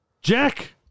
Jack